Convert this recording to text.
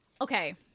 Okay